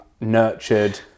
nurtured